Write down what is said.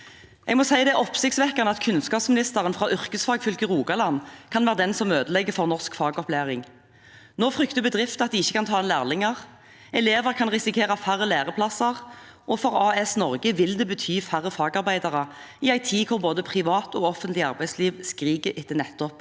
opplæring. Det er oppsiktsvekkende at kunnskapsministeren, fra yrkesfagfylket Rogaland, kan være den som ødelegger for norsk fagopplæring. Nå frykter bedrifter at de ikke kan ta inn lærlinger. Elever kan risikere færre læreplasser, og for AS Norge vil det bety færre fagarbeidere – i en tid da både privat og offentlig arbeidsliv skriker etter nettopp